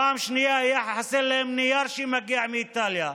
פעם שנייה היה חסר להם נייר שמגיע מאיטליה,